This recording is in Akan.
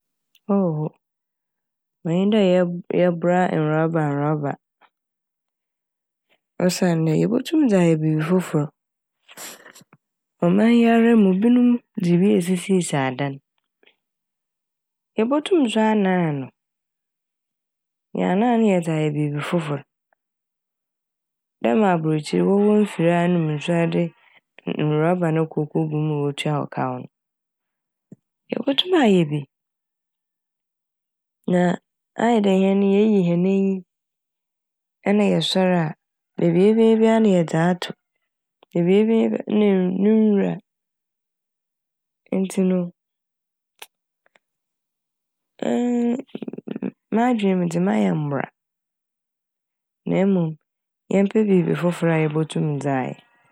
Oho, onnyi dɛ yɛb - yɛbra nraba raba osiandɛ yebotum dze ayɛ biibi fofor ɔman yi ara mu binom dze bi esisiisi adan. Yebotum so anaan no yɛanaan no yɛdze ayɛ biibi fofor. Dɛ ma aborɔkyir wɔwɔ mfir a ɛnom nsu a ɛde nraba no kɔkogu m' ma wotua wo kaw no. Yebotum ayɛ bi na a ayɛ dɛ hɛn ne yeyi hɛn enyi nna yɛsoɛr a beebi a yebenya bia na yɛdze ato beebi a yebenya bia na nwur- no nwura. Ntsi no mm- m'adwen mu dze ma yɛmmbra na mom yɛmpɛ biibi fofor a yebotum dze ayɛ.